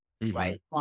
Right